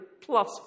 plus